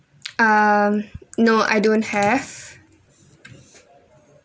um no I don't have